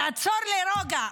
תעצור לרגע,